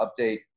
update